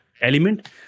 element